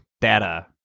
data